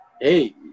hey